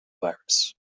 virus